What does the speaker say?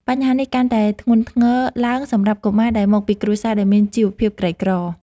បញ្ហានេះកាន់តែធ្ងន់ធ្ងរឡើងសម្រាប់កុមារដែលមកពីគ្រួសារដែលមានជីវភាពក្រីក្រ។